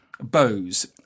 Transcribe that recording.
bows